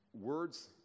words